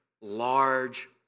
large